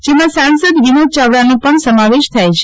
જેમાં સાંસદ વિનોદ ચાવડાનો પણ સમાવેશ થાય છે